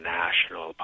national